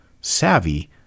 Savvy